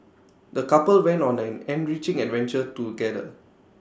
the couple went on an enriching adventure together